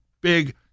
big